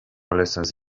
lessons